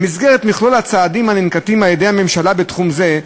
במסגרת מכלול הצעדים הננקטים על-ידי הממשלה בתחום זה,